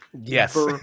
Yes